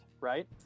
right